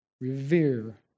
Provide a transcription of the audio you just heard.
revere